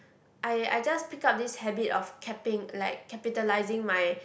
I I just pick up this habit of capping like capitalizing my